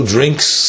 Drinks